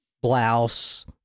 blouse